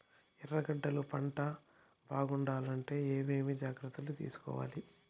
ఎర్రగడ్డలు పంట బాగుండాలంటే ఏమేమి జాగ్రత్తలు తీసుకొవాలి?